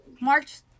March